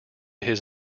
his